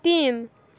तीन